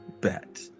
bet